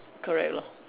correct lor